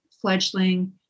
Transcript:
fledgling